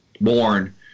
born